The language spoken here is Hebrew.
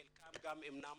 חלקם גם אינם